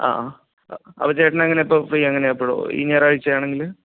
ആ ആ അപ്പോൾ ചേട്ടൻ എങ്ങനെയപ്പോൾ ഫ്രീ എങ്ങനെയാണ് അപ്പോൾ ഈ ഞായറാഴ്ച്ച ആണെങ്കിൽ